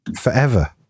Forever